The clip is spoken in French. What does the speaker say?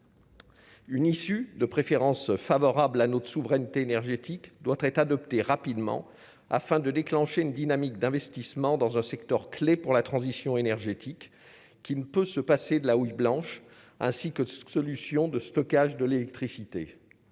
Une issue de préférence favorable à notre souveraineté énergétique doit être adoptée rapidement afin de déclencher une dynamique d'investissements dans un secteur clé pour la transition énergétique qui ne peut se passer de la houille blanche ainsi que ce que solutions de stockage de l'électricité,